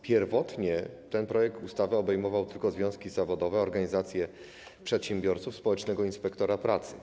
Pierwotnie ten projekt ustawy obejmował tylko związki zawodowe, organizacje przedsiębiorców i społecznego inspektora pracy.